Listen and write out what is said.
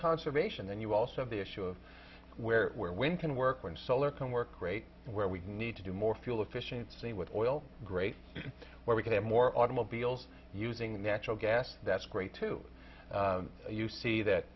conservation then you also have the issue of where where wind can work when solar can work great where we need to do more fuel efficiency with oil great where we can have more automobiles using natural gas that's great too you see that